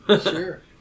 Sure